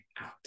out